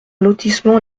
lotissement